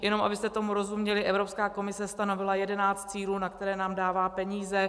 Jenom abyste tomu rozuměli, Evropská komise stanovila jedenáct cílů, na které nám dává peníze.